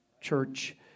church